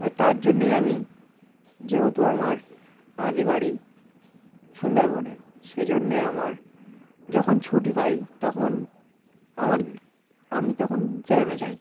তার জন্যেই আমি যেহেতু আমার আদি বাড়ি সুন্দরবনে সে জন্যে আমার যখন ছুটি পাই তখন আমার আমি তখন গ্রামে যাই